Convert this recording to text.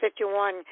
51